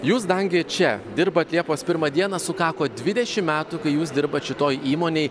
jūs dangi čia dirbat liepos pirmą dieną sukako dvidešim metų kai jūs dirbat šitoj įmonėj